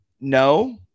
no